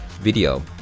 video